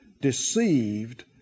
deceived